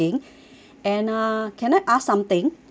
and uh can I ask something